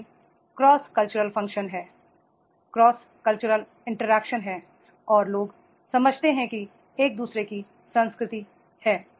इसलिए cross cultural function हैं cross culture interaction हैं और लोग समझते हैं कि एक दू सरे की संस्कृति है